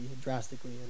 drastically